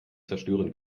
zerstören